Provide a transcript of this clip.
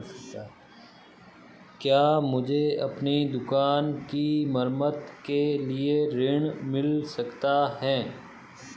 क्या मुझे अपनी दुकान की मरम्मत के लिए ऋण मिल सकता है?